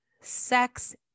Sex